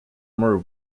more